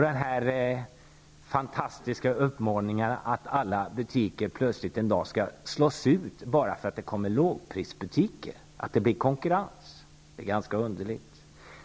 Den här fantastiska svartmålningen, att alla butiker plötsligt en dag skall slås ut bara för att det öppnas lågprisbutiker, för att det blir konkurrens, är ganska underlig.